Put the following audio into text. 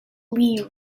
lee